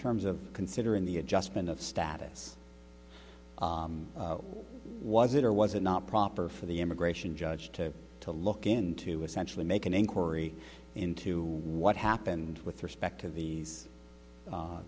terms of considering the adjustment of status was it or was it not proper for the immigration judge to to look into essentially make an inquiry into what happened with respect to these